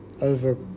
over